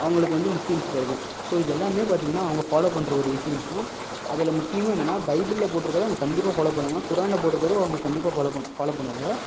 அவங்களுக்கு வந்து முஸ்லிம்ஸுக்கு இருக்கும் ஸோ இது எல்லாமே வந்து பார்த்திங்னா அவங்க ஃபாலோவ் பண்ணுற ஒரு விஷயோன் தான் அதில் முக்கியமாக என்னன்னா பைபுள்ல போட்டிருக்குறத அவங்க கண்டிப்பாக ஃபாலோவ் பண்ணுவாங்க குரான்ல போட்டிருக்குறதும் அவங்க கண்டிப்பாக ஃபாலோவ் பண்ண ஃபாலோவ் பண்ணுவாங்க